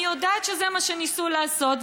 אני יודעת שזה מה שניסו לעשות,